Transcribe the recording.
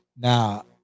Now